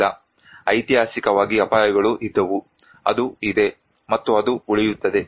ಇಲ್ಲ ಐತಿಹಾಸಿಕವಾಗಿ ಅಪಾಯಗಳು ಇದ್ದವು ಅದು ಇದೆ ಮತ್ತು ಅದು ಉಳಿಯುತ್ತದೆ